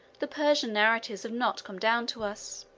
the persian narratives have not come down to us.